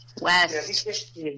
West